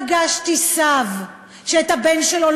פגשתי סב שהבן שלו,